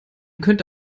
könnte